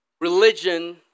Religion